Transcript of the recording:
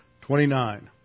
Twenty-nine